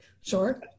Sure